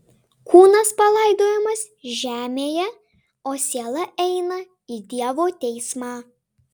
kūnas palaidojamas žemėje o siela eina į dievo teismą